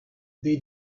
they